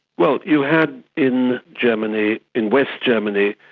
well, you had in germany, in west germany,